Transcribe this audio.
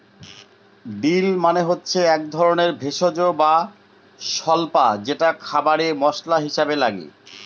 deal মানে হচ্ছে এক ধরনের ভেষজ বা স্বল্পা যেটা খাবারে মশলা হিসাবে লাগে